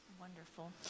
Wonderful